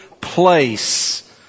place